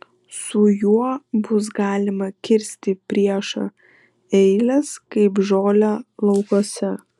su juo bus galima kirsti priešo eiles kaip žolę laukuose